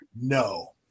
No